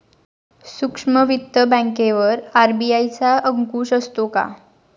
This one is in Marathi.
सूक्ष्म वित्त बँकेवर आर.बी.आय चा अंकुश असतो का?